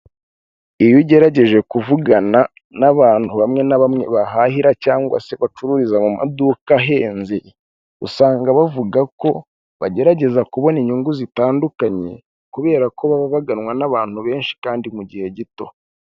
Iyo ugerageje kuvugana n'abantu bamwe na bamwe bahahira cyangwa se bacururiza mu maduka ahenze, usanga bavuga ko bagerageza kubona inyungu zitandukanye, kubera ko baba baganwa n'abantu benshi kandi mu gihe gito.